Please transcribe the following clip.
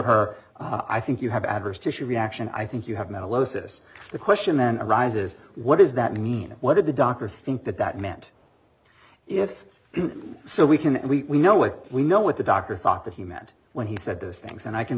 her i think you have adverse tissue reaction i think you have melosa this the question then arises what does that mean what did the doctor think that that meant if so we can we know what we know what the doctor thought that he meant when he said those things and i can